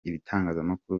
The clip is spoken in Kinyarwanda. ibitangazamakuru